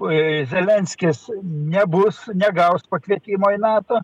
ii zelenskis nebus negaus pakvietimo į nato